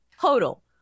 total